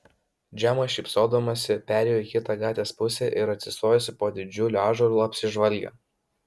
džema šypsodamasi perėjo į kitą gatvės pusę ir atsistojusi po didžiuliu ąžuolu apsižvalgė